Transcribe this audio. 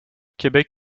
québec